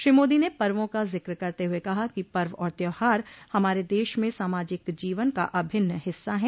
श्री मोदी ने पर्वो का जिक्र करते हुए कहा कि पर्व और त्यौहार हमारे देश में सामाजिक जीवन का अभिन्न हिस्सा हैं